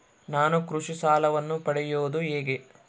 ನಾನು ಕೃಷಿ ಸಾಲವನ್ನು ಪಡೆಯೋದು ಹೇಗೆ?